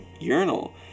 urinal